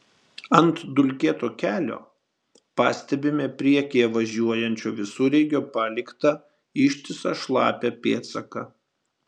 ant dulkėto kelio pastebime priekyje važiuojančio visureigio paliktą ištisą šlapią pėdsaką